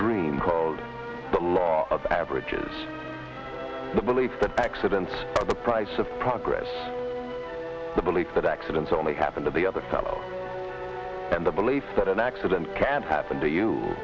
dream called the law of averages the belief that accidents are the price of progress the belief that accidents only happen to the other fellow and the belief that an accident can happen to you